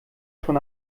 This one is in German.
schon